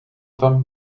tam